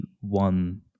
one